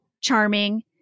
charming